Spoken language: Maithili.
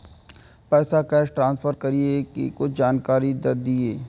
पैसा कैश ट्रांसफर करऐ कि कुछ जानकारी द दिअ